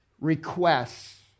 requests